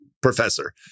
Professor